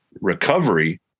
recovery